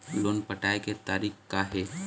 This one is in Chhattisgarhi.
लोन पटाए के तारीख़ का हे?